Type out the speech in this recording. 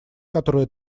которая